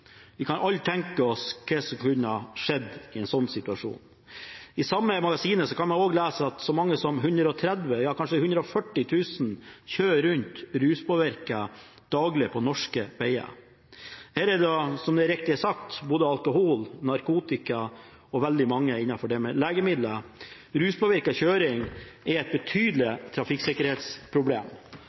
Vi kan alle tenke oss hva som kunne ha skjedd i en slik situasjon. I det samme magasinet kan vi også lese at så mange som 130 000 – ja, kanskje 140 000 – kjører rundt ruspåvirket daglig på norske veier, og her er det da, som det riktig er sagt, både alkohol, narkotika og veldig mange ulike legemidler. Ruspåvirket kjøring er et betydelig trafikksikkerhetsproblem,